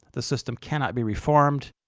the system cannot be reformed.